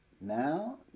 Now